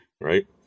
right